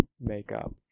makeup